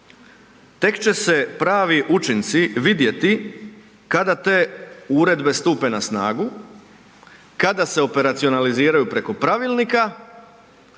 tek će se pravi učinci vidjeti kada te uredbe stupe na snagu, kada se operacionaliziraju preko pravilnika